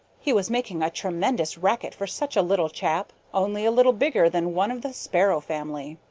he was making a tremendous racket for such a little chap, only a little bigger than one of the sparrow family.